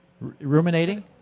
Ruminating